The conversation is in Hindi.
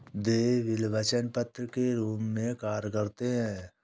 देय बिल वचन पत्र के रूप में कार्य करते हैं